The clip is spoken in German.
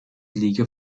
liga